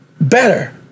better